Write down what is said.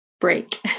break